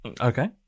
Okay